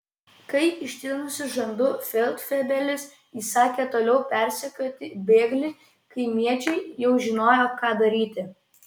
kai ištinusiu žandu feldfebelis įsakė toliau persekioti bėglį kaimiečiai jau žinojo ką daryti